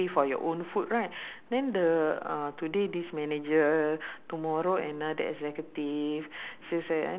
ah so he has to take his own public bus right from jurong interchange to tuas